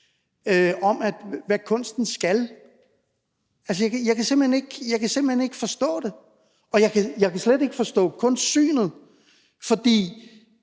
om, hvad kunsten skal? Altså, jeg kan simpelt hen ikke forstå det, og jeg kan slet ikke forstå kunstsynet.